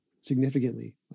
significantly